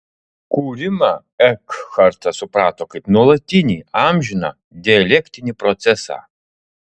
kūrimą ekhartas suprato kaip nuolatinį amžiną dialektinį procesą